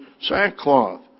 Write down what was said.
sackcloth